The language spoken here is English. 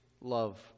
love